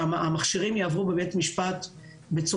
ישבו בכמה וכמה דיונים כדי שהמכשירים יעברו בבית משפט בצורה